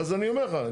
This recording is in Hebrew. אז אני אומר לך.